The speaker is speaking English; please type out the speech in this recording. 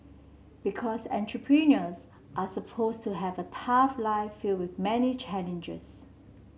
because entrepreneurs are supposed to have a tough life filled with many challenges